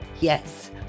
Yes